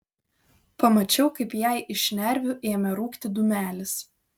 pamačiau kaip jai iš šnervių ėmė rūkti dūmelis